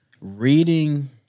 reading